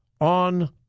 on